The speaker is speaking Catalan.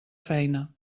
feina